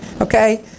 okay